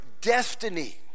destiny